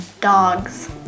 Dogs